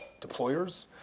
deployers